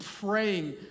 praying